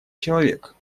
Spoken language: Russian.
человек